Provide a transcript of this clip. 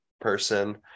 person